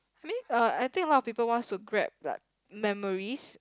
I mean uh I think a lot people wants to grab like memories